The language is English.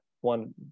one